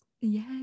Yes